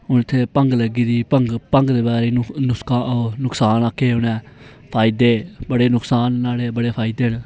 हून इत्थै भंग लग्गी दी भंग भंग दे बारे नुक्सान आक्खे हे उनें फाय्दे बड़े नुक्सान ना न्हाड़े बड़े फायदे न